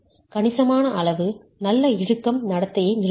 கணிசமான அளவு நல்ல இழுக்கும் நடத்தையை நிரூபிக்கிறது